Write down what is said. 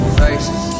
faces